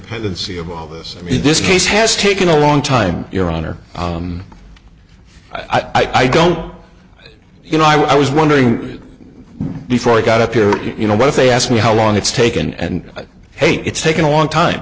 pendency of all this i mean this case has taken a long time your honor i don't you know i was wondering before i got up here you know what if they asked me how long it's taken and i hate it's taken a long time